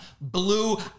Blue